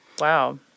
Wow